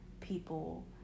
people